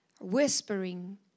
whispering